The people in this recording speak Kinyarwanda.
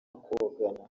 kogana